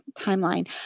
timeline